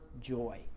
joy